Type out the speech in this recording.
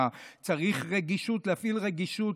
צריך רגישות, להפעיל רגישות.